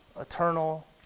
eternal